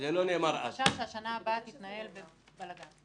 יש לנו חשש שהשנה הבאה תתנהל בבלגן.